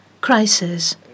crisis